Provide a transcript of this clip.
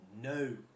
no